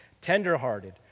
tender-hearted